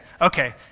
Okay